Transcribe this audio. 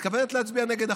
מתכוונת להצביע נגד החוק,